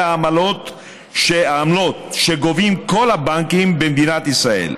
העמלות שגובים כל הבנקים במדינת ישראל,